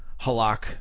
Halak